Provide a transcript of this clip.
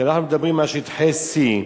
כשאנחנו מדברים על שטחי C,